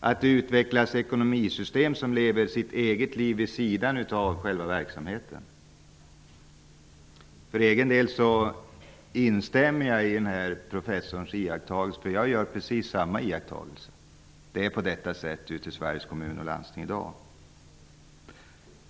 att det har utvecklats ekonomisystem som lever sitt eget liv vid sidan av själva verksamheten? För egen del instämmer jag i vad den här professorn sade, för jag gör precis samma iakttagelse. Det är på det sättet i Sveriges kommuner och landsting i dag.